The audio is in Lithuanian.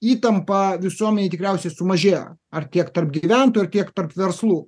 įtampa visuomenėj tikriausiai sumažėjo ar tiek tarp gyventojų ar tiek tarp verslų